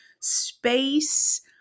space